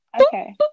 Okay